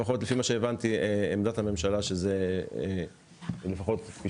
לפחות לפי מה שהבנתי עמדת הממשלה היא לפחות כפי